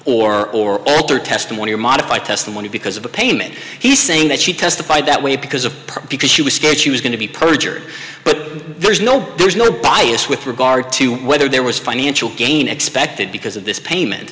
testimony or her testimony or modify testimony because of the payment he's saying that she testified that way because a perfect she was scared she was going to be perjured but there's no there's no bias with regard to whether there was financial gain expected because of this payment